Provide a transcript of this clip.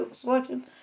selection